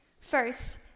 First